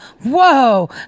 whoa